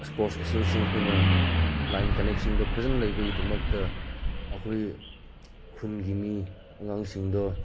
sport association ꯈꯣꯏꯅ line ꯀꯅꯦꯛꯁꯟꯗꯣ ꯐꯖꯅ ꯂꯩꯕꯒꯤꯗꯃꯛꯇ ꯑꯩꯈꯣꯏ ꯈꯨꯟꯒꯤ ꯃꯤ ꯑꯉꯥꯡꯁꯤꯡꯗꯣ